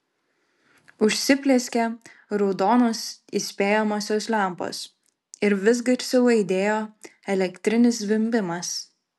užsiplieskė raudonos įspėjamosios lempos ir vis garsiau aidėjo elektrinis zvimbimas